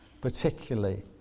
particularly